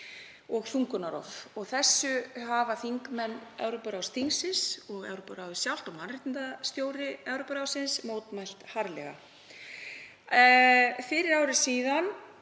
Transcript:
og þungunarrof. Þessu hafa þingmenn Evrópuráðsþingsins og Evrópuráðið sjálft og mannréttindastjóri Evrópuráðsins mótmælt harðlega. Fyrir ári síðan